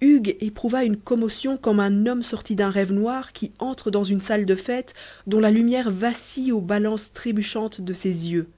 hugues éprouva une commotion comme un homme sorti d'un rêve noir qui entre dans une salle de fête dont la lumière vacille aux balances trébuchantes de ses yeux